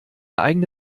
eigene